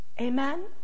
Amen